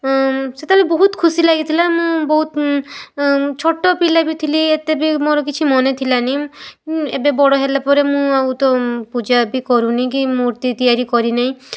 ସେତେବେଳେ ବହୁତ ଖୁସି ଲାଗିଥିଲା ମୁଁ ବହୁତ ଛୋଟପିଲା ବି ଥିଲି ଏତେ ବି ମୋର କିଛି ମନେ ଥିଲାନି ଏବେ ବଡ଼ ହେଲାପରେ ମୁଁ ଆଉ ତ ପୂଜା ବି କରୁନି କି ମୂର୍ତ୍ତି ତିଆରି କରିନାହିଁ